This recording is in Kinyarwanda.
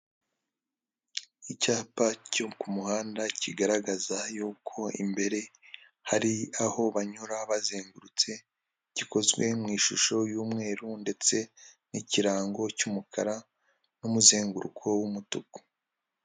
Icyapa cyo ku muhanda kigaragaza yuko imbere hari aho banyura bazengurutse, gikozwe mu ishusho y'umweru ndetse n'ikirango cy'umukara n'umuzenguruko w'umutuku.